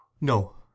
no